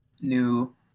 new